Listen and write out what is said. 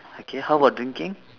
okay how about drinking